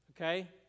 Okay